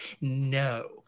No